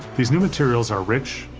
these new materials are rich,